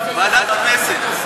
ועדת הכנסת.